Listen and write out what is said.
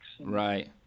Right